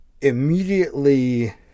immediately